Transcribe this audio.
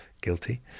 Guilty